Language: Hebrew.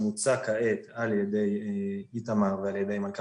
המוצע כעת על ידי איתמר ועל ידי המנכ"ל